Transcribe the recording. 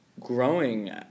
Growing